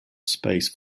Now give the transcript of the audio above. space